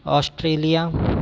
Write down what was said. Australia